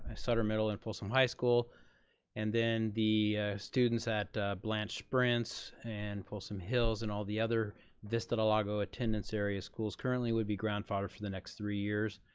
ah sutter middle, and folsom high school and then the students at blanche sprentz and folsom hills and all the other vista del lago attendance area schools currently would be grandfathered for the next three years.